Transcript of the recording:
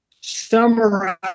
Summarize